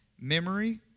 memory